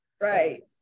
right